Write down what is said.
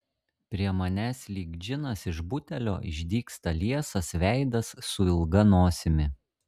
prie manęs lyg džinas iš butelio išdygsta liesas veidas su ilga nosimi